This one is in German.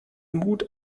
mut